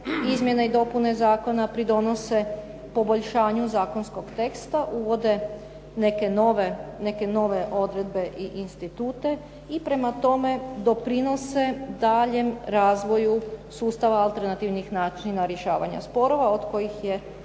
izmjene i dopune zakona pridonose poboljšanju zakonskog teksta, uvode neke nove odredbe i institute i prema tome doprinose daljem razvoju sustava alternativnih načina rješavanja sporova od kojih je